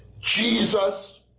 Jesus